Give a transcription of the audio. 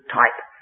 type